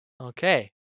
Okay